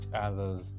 other's